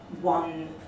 one